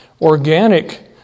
Organic